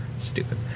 stupid